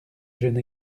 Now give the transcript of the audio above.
jeune